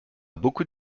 beaucoup